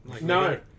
No